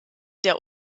der